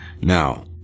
Now